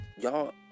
Y'all